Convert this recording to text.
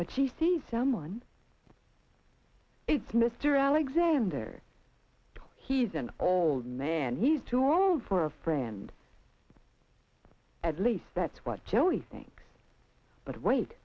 but she sees someone it's mr alexander he's an old man he's too old for a friend at least that's what joey think but wait